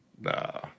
Nah